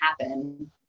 happen